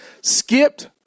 Skipped